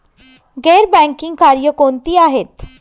गैर बँकिंग कार्य कोणती आहेत?